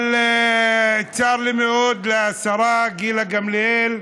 אבל צר לי מאוד, השרה גילה גמליאל,